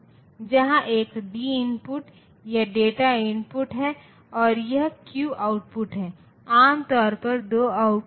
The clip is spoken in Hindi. तो अब हमें 3 स्थिति मिल गई हैं 4 x 3 y के बराबर यह एक शर्त है x 11 से अधिक या बराबर y 5 से अधिक या बराबर यह अन्य 2 शर्त हैं